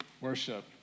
worship